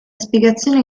spiegazione